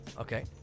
okay